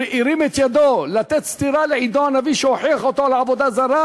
הרים את ידו לתת סטירה לעדו הנביא שהוכיח אותו על עבודה זרה,